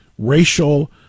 Racial